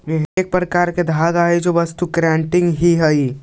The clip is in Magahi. मोहरी एक प्रकार के धागा हई जे वस्तु केराटिन ही हई